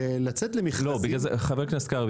לצאת למכרזים --- חבר הכנסת קרעי,